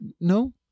no